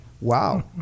Wow